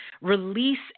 Release